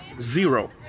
Zero